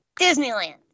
Disneyland